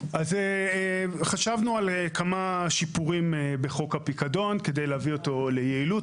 אז חשבנו על כמה שיפורים בחוק הפיקדון כדי להביא אותו ליעילות,